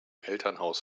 elternhaus